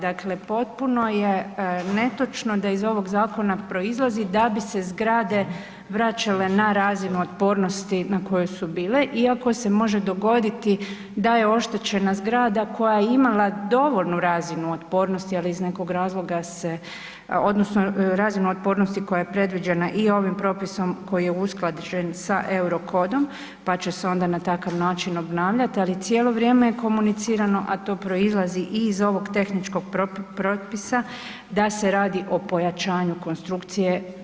Dakle, potpuno je netočno da iz ovog zakona proizlazi da bi se zgrade vraćale na razine otpornosti na kojoj su bile, iako se može dogoditi da je oštećena zgrada koja je imala dovoljnu razinu otpornosti, ali iz nekog razloga se, odnosno razinu otpornosti koja je predviđena i ovim propisom koji je usklađen sa Eurokodom pa će se onda na takav način obnavljati, ali cijelo vrijeme je komunicirano, a to proizlazi i iz ovog tehničkog propisa, da se radi o pojačanju konstrukcije.